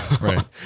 Right